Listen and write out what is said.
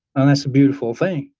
and that's a beautiful thing.